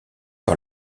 par